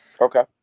Okay